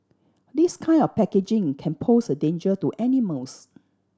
this kind of packaging can pose a danger to animals